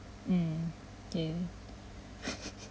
mm ya